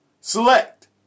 select